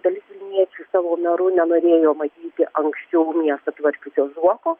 dalis vilniečių savo meru nenorėjo matyti anksčiau miestą tvarkiusio zuoko